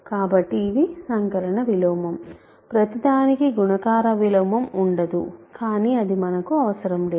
కాబట్టి ఇది సంకలన విలోమం ప్రతిదానికీ గుణకార విలోమం ఉండదు కానీ అది మనకు అవసరం లేదు